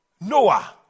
Noah